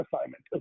assignment